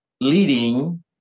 leading